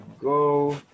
go